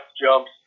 jumps